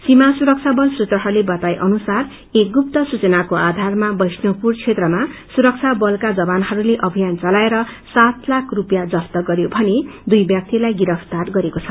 सीमा सुरक्षा बल सूत्रहरूले बताए अनुसार एक गुएत सूचनाको आधारमा वैष्णवपुर क्षेत्रमा सुरक्षा बलका जवानहरूले अभियान चलाएर सात लाख रुपियाँ जफ्त गरयो भने दुइ व्यक्तिलाई गिरफ्तार गरेको छ